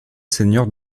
seigneur